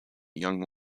young